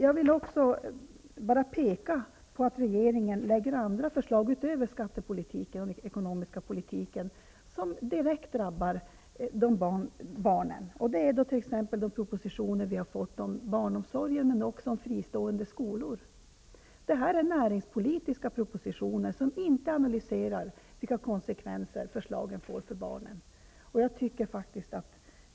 Regeringen har lagt fram andra förslag utöver dem som gäller skattepolitiken och den ekonomiska politiken som direkt drabbar barnen. Det gäller t.ex. propositionerna om barnomsorgen och fristående skolor. I dessa näringspolitiska propositioner har det inte har gjorts någon analys av vilka konsekvenser förslagen får för barnen.